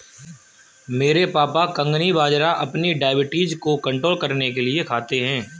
मेरे पापा कंगनी बाजरा अपनी डायबिटीज को कंट्रोल करने के लिए खाते हैं